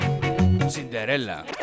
Cinderella